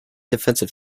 defensive